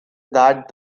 that